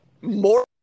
More